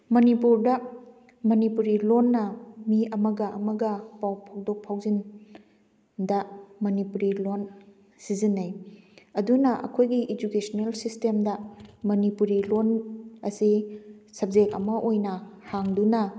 ꯃꯅꯤꯄꯨꯔꯗ ꯃꯅꯤꯄꯨꯔꯤ ꯂꯣꯟꯅ ꯃꯤ ꯑꯃꯒ ꯑꯃꯒ ꯄꯥꯎ ꯐꯥꯎꯗꯣꯛ ꯐꯥꯎꯖꯤꯟꯗ ꯃꯅꯤꯄꯨꯔꯤ ꯂꯣꯟ ꯁꯤꯖꯤꯟꯅꯩ ꯑꯗꯨꯅ ꯑꯩꯈꯣꯏꯒꯤ ꯏꯖꯨꯀꯦꯁꯅꯦꯜ ꯁꯤꯁꯇꯦꯝꯗ ꯃꯅꯤꯄꯨꯔꯤ ꯂꯣꯟ ꯑꯁꯤ ꯁꯞꯖꯦꯛ ꯑꯃ ꯑꯣꯏꯅ ꯍꯥꯡꯗꯨꯅ